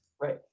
Right